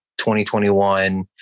2021